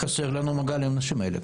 חסר לנו מגע לאנשים האלה.